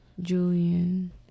Julian